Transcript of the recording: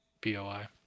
B-O-I